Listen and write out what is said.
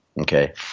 Okay